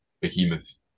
behemoth